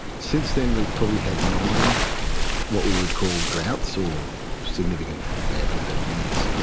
since then we've probably had nine what we would call droughts or significant bad weather years.